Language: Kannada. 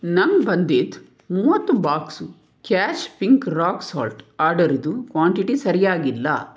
ನನಗೆ ಬಂದಿದ್ದ ಮೂವತ್ತು box cash pink rock salt ಆರ್ಡರ್ದು ಕ್ವಾಂಟಿಟಿ ಸರಿಯಾಗಿಲ್ಲ